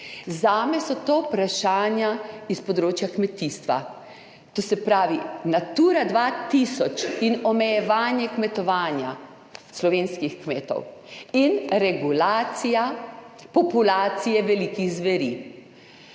Zame so to vprašanja s področja kmetijstva, to se pravi Natura 2000 in omejevanje kmetovanja slovenskih kmetov in regulacija populacije velikih zveri,